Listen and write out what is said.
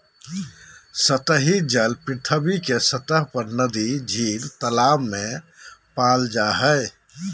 सतही जल पृथ्वी के सतह पर नदी, झील, तालाब में पाल जा हइ